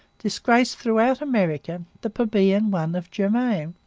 disgraced throughout america the plebeian one of germain,